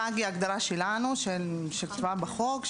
הגדרת הפג היא הגדרה שלנו, שקבועה בחוק.